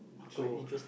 so